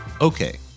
Okay